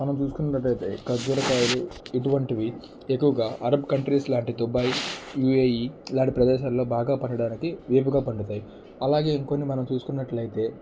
మనం చూసుకున్నట్లయితే ఖర్జూర కాయలు ఇటువంటివి ఎక్కువగా అరబ్ కంట్రీస్ లాంటి ముంబాయి యుఏఈ లాంటి ప్రదేశాలలో బాగా పండటానికి వేపుగా పండుతాయి అలాగే ఇంకొన్ని మనం చూసుకున్నట్లయితే